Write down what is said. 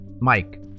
Mike